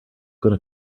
gonna